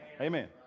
Amen